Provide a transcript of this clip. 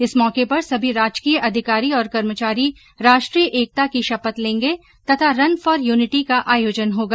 इस मौके पर सभी राजकीय अधिकारी और कर्मचारी राष्ट्रीय एकता की शपथ लेंगे तथा रन फोर यूनिटी का आयोजन होगा